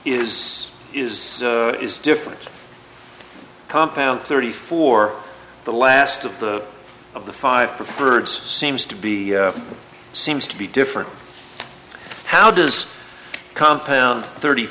is is is different compound thirty four the last of the of the five preferred seems to be seems to be different how does compound thirty